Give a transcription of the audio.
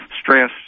stress